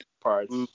Parts